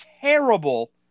terrible